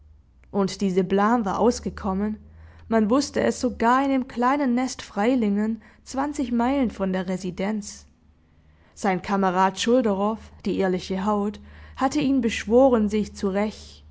und diese blme war ausgekommen man wußte es sogar in dem kleinen nest freilingen zwanzig meilen von der residenz sein kamerad schulderoff die ehrliche haut hatte ihn beschworen sich